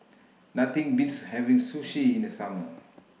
Nothing Beats having Sushi in The Summer